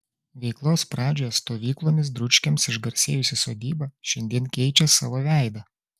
veiklos pradžioje stovyklomis dručkiams išgarsėjusi sodyba šiandien keičia savo veidą